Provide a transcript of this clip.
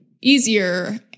Easier